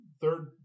Third